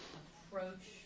approach